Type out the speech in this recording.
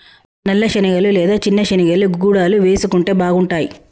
నల్ల శనగలు లేదా చిన్న శెనిగలు గుడాలు వేసుకుంటే బాగుంటాయ్